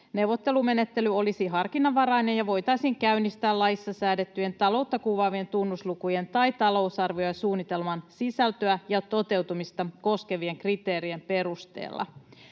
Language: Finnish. Neuvottelumenettely olisi harkinnanvarainen ja voitaisiin käynnistää laissa säädettyjen taloutta kuvaavien tunnuslukujen tai talousarvion ja -suunnitelman sisältöä ja toteutumista koskevien kriteerien perusteella.